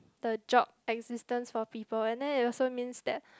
the job existence for people and then it also means that